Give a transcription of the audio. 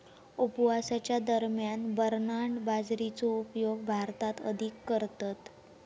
उपवासाच्या दरम्यान बरनार्ड बाजरीचो उपयोग भारतात अधिक करतत